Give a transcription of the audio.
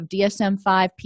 DSM-5